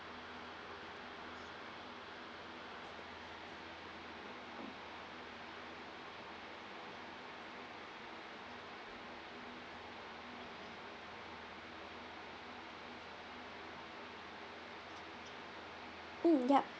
mm yup